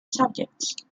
subjects